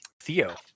Theo